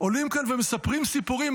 עולים כאן ומספרים סיפורים.